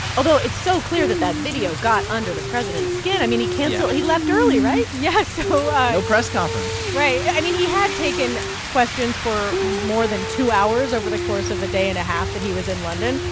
although it's so clear that that video got under the president's skin. i mean, he canceled. yeah. he left early, right? yeah. so. no press conference right. i mean, he had taken questions for more than two hours over the course of a day and a half that he was in london.